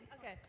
Okay